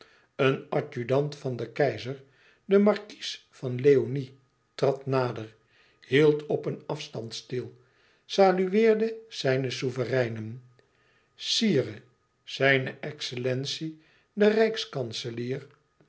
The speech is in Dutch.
een adjudant van den keizer de markies van leoni trad nader hield op een afstand stil salueerde zijne souvereinen sire zijne excellentie de